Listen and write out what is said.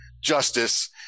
justice